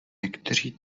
někteří